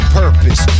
purpose